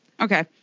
Okay